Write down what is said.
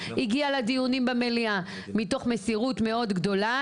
הגיעה לדיונים במליאה מתוך מסירות מאוד גדולה.